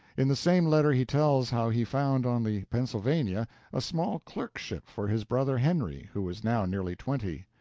in the same letter he tells how he found on the pennsylvania a small clerkship for his brother henry, who was now nearly twenty,